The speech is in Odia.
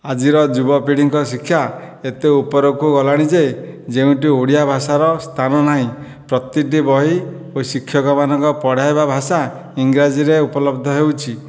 ଆଜିର ଯୁବ ପିଢ଼ିଙ୍କ ଶିକ୍ଷା ଏତେ ଉପରକୁ ଗଲାଣି ଯେ ଯେଉଁଠି ଓଡ଼ିଆ ଭାଷାର ସ୍ଥାନ ନାହିଁ ପ୍ରତିଟି ବହି ଓ ଶିକ୍ଷକ ମାନଙ୍କର ପଢ଼ାଇବା ଭାଷା ଇଂରାଜୀରେ ଉପଲବ୍ଧ ହେଉଛି